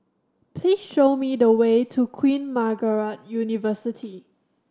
please show me the way to Queen Margaret University